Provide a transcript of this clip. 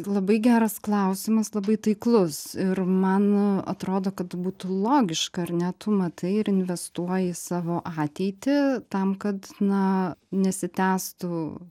labai geras klausimas labai taiklus ir man atrodo kad būtų logiška ar ne tu matai ir investuoji į savo ateitį tam kad na nesitęstų